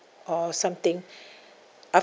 or something